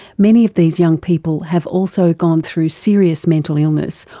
many of these young people have also gone through serious mental illness,